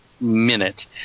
minute